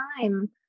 time